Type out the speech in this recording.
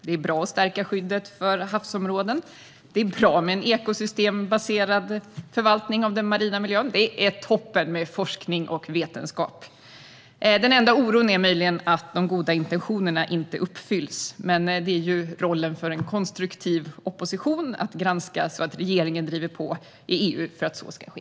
Det är bra att stärka skyddet för havsområden, det är bra med en ekosystembaserad förvaltning av den marina miljön och det är toppen med forskning och vetenskap. Det enda man möjligen kan känna oro för är att de goda intentionerna inte uppfylls. Men en konstruktiv opposition har rollen att granska att regeringen driver på i EU för att så ska ske.